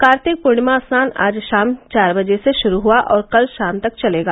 कार्तिक पूर्णिमा स्नान आज शाम चार बजे से शुरू हुआ और यह कल शाम तक चलेगा